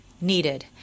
needed